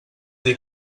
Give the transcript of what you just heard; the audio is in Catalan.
dir